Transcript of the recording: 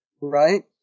right